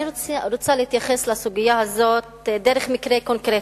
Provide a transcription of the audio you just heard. אני רוצה להתייחס לסוגיה הזאת דרך מקרה קונקרטי,